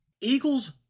Eagles